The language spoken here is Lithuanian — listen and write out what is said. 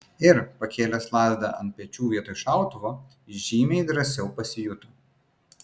ir pakėlęs lazdą ant pečių vietoj šautuvo žymiai drąsiau pasijuto